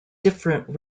different